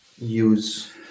use